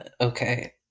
Okay